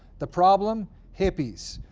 the problem? hippies.